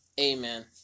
Amen